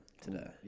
today